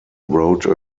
wrote